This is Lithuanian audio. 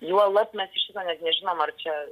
juolab mes šito net nežinom ar čia